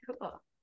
Cool